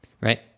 Right